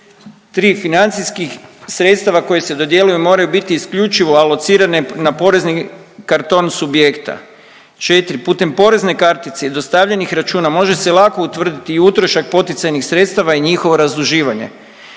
3, financijskih sredstava koji se dodjeljuju, moraju biti isključivo alocirane na porezni karton subjekta, 4, putem porezne kartice i dostavljenih računa, može se lako utvrditi i utrošak poticajnih sredstava i njihovo razduživanje.